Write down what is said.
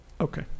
Okay